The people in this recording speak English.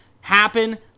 happen